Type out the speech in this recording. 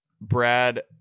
Brad